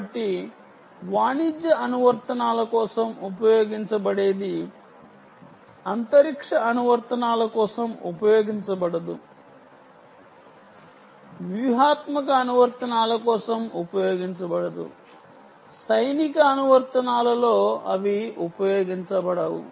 కాబట్టి వాణిజ్య అనువర్తనాల కోసం ఉపయోగించబడేది అంతరిక్ష అనువర్తనాల కోసం ఉపయోగించబడదు వ్యూహాత్మక అనువర్తనాల కోసం ఉపయోగించబడదు సైనిక అనువర్తనాల లో అవి ఉపయోగించబడవు